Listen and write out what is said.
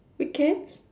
weekends